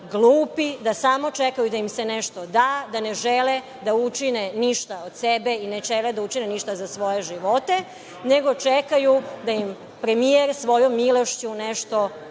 da samo čekaju da im se nešto da, da ne žele da učine ništa od sebe i ne žele da učine ništa za svoje živote, nego čekaju da im premijer svojom milošću nešto